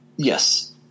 Yes